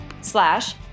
slash